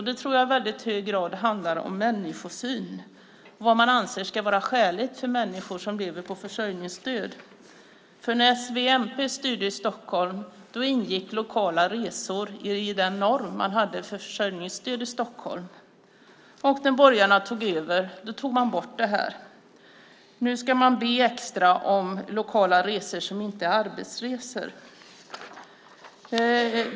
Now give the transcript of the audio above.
Det tror jag i hög grad handlar om människosyn, vad man anser ska vara skäligt för människor som lever på försörjningsstöd. När s, v och mp styrde i Stockholm ingick lokala resor i den norm som fanns för försörjningsstöd i Stockholm. När borgarna tog över makten togs det bort. Nu ska man be särskilt om lokala resor som inte är arbetsresor.